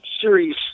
series